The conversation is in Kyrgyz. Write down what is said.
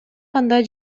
кандай